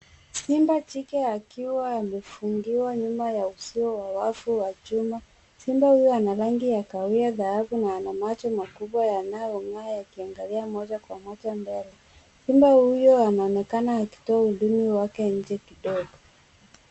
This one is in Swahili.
Simba jike akiwa amefungiwa nyuma ya uzio wa wavu wa chuma. Simba huyu ana rangi ya kahawia dhahabu na ana macho makubwa yanayong'aa yakiangazia moja kwa moja mbele. Simba huyu anaonekana akitoa ulimi wake nje kidogo.